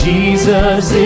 Jesus